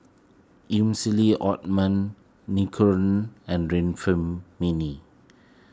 Emulsying Ointment and